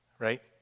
Right